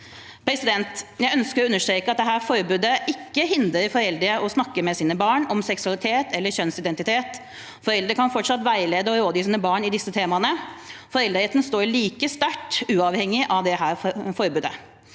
kjønnsidentitet. Jeg ønsker å understreke at dette forbudet ikke hindrer foreldre i å snakke med sine barn om seksualitet eller kjønnsidentitet. Foreldre kan fortsatt veilede og rådgi sine barn i disse temaene. Foreldreretten står like sterkt uavhengig av dette forbudet.